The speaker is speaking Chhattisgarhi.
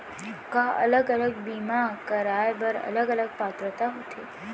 का अलग अलग बीमा कराय बर अलग अलग पात्रता होथे?